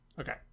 Okay